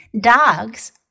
Dogs